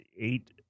eight